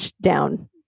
down